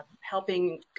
helping